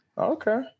Okay